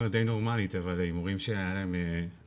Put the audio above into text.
די נורמאלית אבל עם הורים שהיה להם הרבה